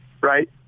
right